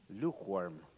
lukewarm